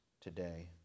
today